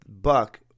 Buck